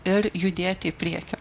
ir judėti į priekį